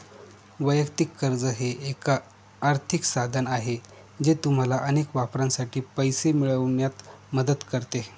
वैयक्तिक कर्ज हे एक आर्थिक साधन आहे जे तुम्हाला अनेक वापरांसाठी पैसे मिळवण्यात मदत करते